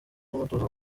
n’umutuzo